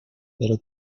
pero